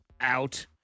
Out